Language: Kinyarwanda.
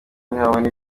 ntibabona